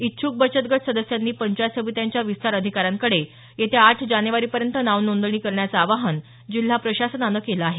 इच्छ्क बचत गट सदस्यांनी पंचायत समित्यांच्या विस्तार अधिकाऱ्यांकडे येत्या आठ जानेवारीपर्यंत नाव नोंदणी करण्याचं आवाहन जिल्हा प्रशासनानं केलं आहे